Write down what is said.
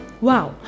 Wow